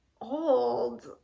old